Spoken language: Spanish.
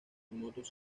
remotos